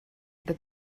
that